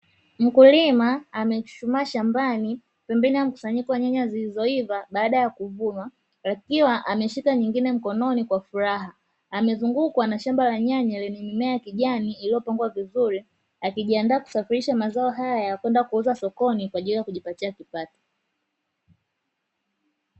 Mkulima amechuchumaa shambani pembeni ya mkusanyiko wa nyanya zilizoiva baada ya kuvunwa, akiwa ameshika nyingne mkononi kwa furaha. Amezungukwa na shamba la nyanya lenye mimiea ya kijani iliyopangwa vizuri, akijiandaa kusafirishia mazao haya ya kwenda kuuza sokoni kwa ajili ya kujipatia kipato.